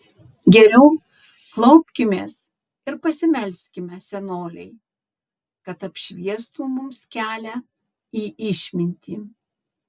geriau klaupkimės ir pasimelskime senolei kad apšviestų mums kelią į išmintį